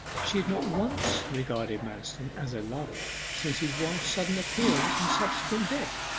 she had not once regarded manston as a lover since his wife's sudden appearance and subsequent death.